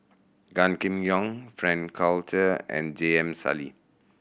Gan Kim Yong Frank Cloutier and J M Sali